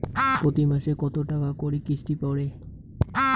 প্রতি মাসে কতো টাকা করি কিস্তি পরে?